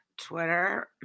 Twitter